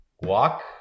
Walk